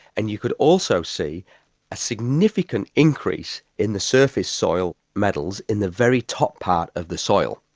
and you could also see a significant increase in the surface soil metals in the very top part of the soil.